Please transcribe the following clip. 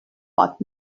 but